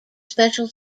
special